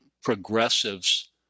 progressives